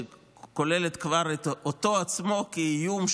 שכוללת אותו עצמו כאיום,